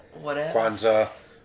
Kwanzaa